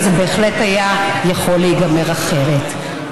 אבל זה בהחלט היה יכול להיגמר אחרת.